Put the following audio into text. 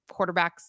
quarterbacks